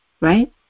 Right